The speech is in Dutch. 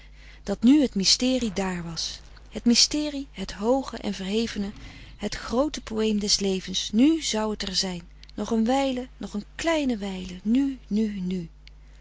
dat nu het mysterie dààr was het mysterie het hooge en verhevene het groote poëem des levens nu zou het er zijn nog een wijle nog een kleine wijle nu nu nu